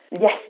Yes